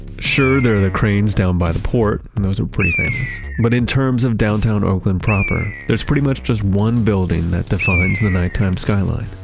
sure, there are the cranes down by the port and those are pretty famous, but in terms of downtown oakland proper, there is pretty much just one building that defines the nighttime skyline,